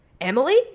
Emily